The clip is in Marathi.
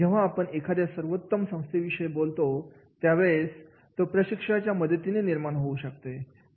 जेव्हा आपण एखाद्या सर्वोत्तम संस्थेविषयी बोलतो त्यावेळेला ती प्रशिक्षकांच्या मदतीने निर्माण होऊ शकते